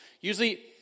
Usually